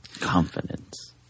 Confidence